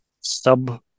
sub